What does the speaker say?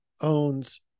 owns